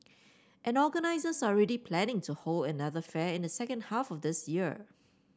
and organisers are already planning to hold another fair in the second half of this year